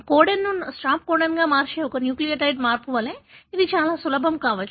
కోడన్ను stop కోడన్గా మార్చే ఒక న్యూక్లియోటైడ్ మార్పు వలె ఇది చాలా సులభం కావచ్చు